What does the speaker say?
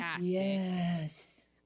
Yes